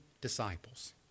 disciples